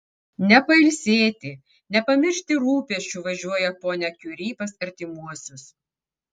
ne pailsėti ne pamiršti rūpesčių važiuoja ponia kiuri pas artimuosius